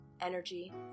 energy